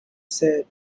said